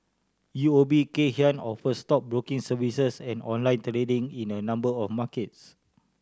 U O B Kay Hian offers stockbroking services and online trading in a number of markets